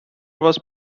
was